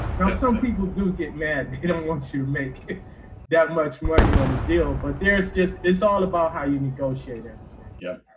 now, some people do get mad. they don't want to make that much money on a deal, but there's just it's all about how you negotiate and yeah